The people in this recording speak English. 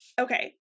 Okay